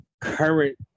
current